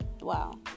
wow